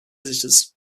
visitors